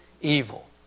evil